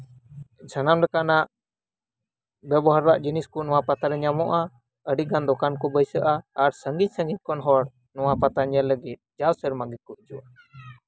ᱥᱟᱱᱟᱢ ᱞᱮᱠᱟᱱᱟᱜ ᱵᱮᱵᱚᱦᱟᱨᱟᱜ ᱡᱤᱱᱤᱥ ᱠᱚ ᱱᱚᱣᱟ ᱯᱟᱛᱟᱨᱮ ᱧᱟᱢᱚᱜᱼᱟ ᱟᱹᱰᱤᱜᱟᱱ ᱫᱚᱠᱟᱱ ᱠᱚ ᱵᱟᱹᱭᱥᱟᱹᱜᱼᱟ ᱟᱨ ᱥᱟᱹᱜᱤᱧ ᱥᱟᱹᱜᱤᱧ ᱦᱚᱲ ᱧᱮᱞ ᱞᱟᱹᱜᱤᱫ ᱡᱟᱣ ᱥᱮᱨᱢᱟ ᱜᱮᱠᱚ ᱦᱤᱡᱩᱜᱼᱟ